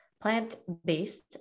plant-based